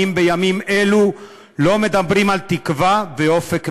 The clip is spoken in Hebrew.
בימים אלו לא מדברים על תקווה ואופק מדיני.